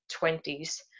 20s